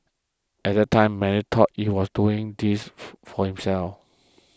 at that time many thought it was doing this for for himself